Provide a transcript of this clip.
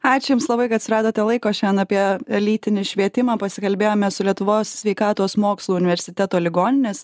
ačiū jums labai kad suradote laiko šian apie lytinį švietimą pasikalbėjome su lietuvos sveikatos mokslų universiteto ligoninės